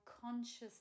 conscious